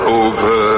over